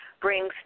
brings